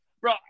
bro